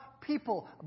people